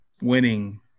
winning